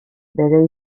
bere